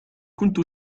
كنت